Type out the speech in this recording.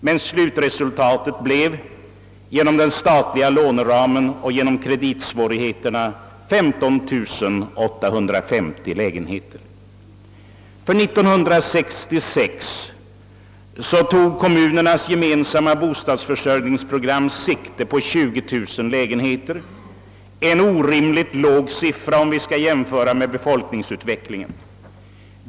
men slutresultatet blev genom den statliga låneramen och genom kreditsvårigheter 15 850 lägenheter. För 1966 tog kommunernas gemensamma bostadsförsörjningsprogram sikte på 20 000 lägenheter, en orimligt låg siffra om vi jämför med befolkningsut vecklingen.